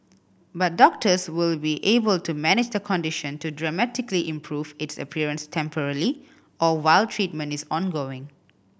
but doctors will be able to manage the condition to dramatically improve its appearance temporarily or while treatment is ongoing